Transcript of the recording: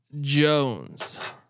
Jones